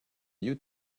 you